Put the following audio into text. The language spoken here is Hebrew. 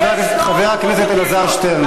חבר הכנסת אלעזר שטרן,